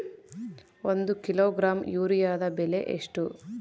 ಒಂದು ಕಿಲೋಗ್ರಾಂ ಯೂರಿಯಾದ ಬೆಲೆ ಎಷ್ಟು?